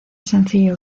sencillo